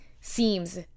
seems